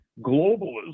globalism